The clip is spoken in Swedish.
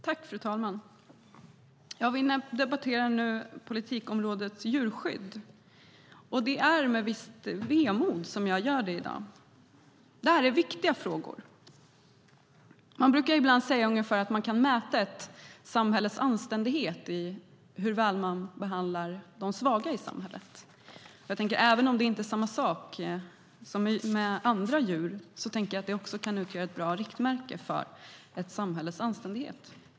Fru talman! Vi debatterar nu politikområdet djurskydd. Det är med ett visst vemod jag gör det i dag. Detta är viktiga frågor. Man brukar ibland säga ungefär att man kan mäta ett samhälles anständighet i hur väl de svaga i samhället behandlas. Även om det inte är samma sak med djur tycker jag att också djurskyddet kan utgöra ett bra riktmärke för ett samhälles anständighet.